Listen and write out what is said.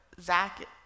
Zach